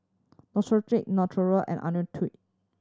Neostrata Natura and Ionil